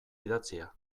idatzia